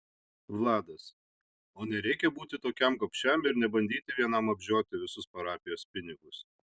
vladas o nereikia būti tokiam gobšiam ir nebandyti vienam apžioti visus parapijos pinigus